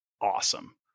awesome